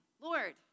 Lord